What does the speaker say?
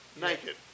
Naked